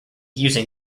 using